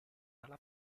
dalla